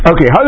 Okay